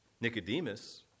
Nicodemus